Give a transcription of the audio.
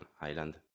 island